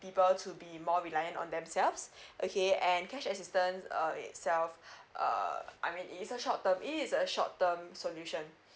people to be more reliant on themselves okay and cash assistant uh itself uh I mean it is a short term it is a short term solution